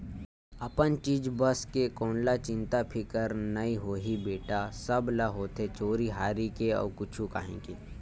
अपन चीज बस के कोन ल चिंता फिकर नइ होही बेटा, सब ल होथे चोरी हारी के अउ कुछु काही के